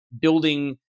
building